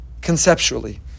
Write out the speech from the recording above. conceptually